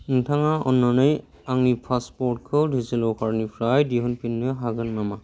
नोंथाङा अन्नानै आंनि पासपर्टखौ डिजिलकारनिफ्राय दिहुनफिननो हागोन नामा